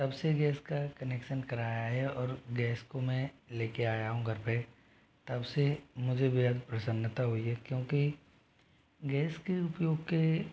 तबसे गैस का कनेक्शन कराया है और गैस को मैं लेकर आया हूँ घर पर तबसे मुझे बेहद प्रसन्नता हुई है क्योंकि गैस के उपयोग के